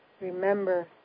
remember